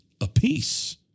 apiece